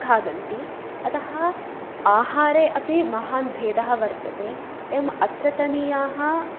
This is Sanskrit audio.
खादन्ति अतः आहारे अपि महान् भेदः वर्तते एवम् अत्रतनीयाः